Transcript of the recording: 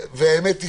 והאמת היא